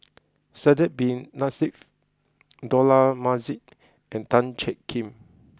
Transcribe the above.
Sidek Bin Saniff Dollah Majid and Tan Jiak Kim